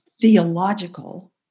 theological